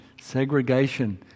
segregation